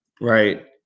Right